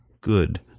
good